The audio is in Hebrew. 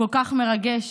הכל-כך מרגש.